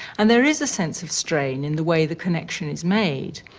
and there is a sense of strain in the way the connection is made.